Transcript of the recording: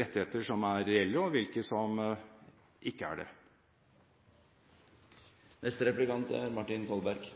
rettigheter som er reelle, og hvilke som ikke er det.